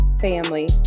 family